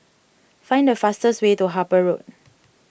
find the fastest way to Harper Road